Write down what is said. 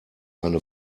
eine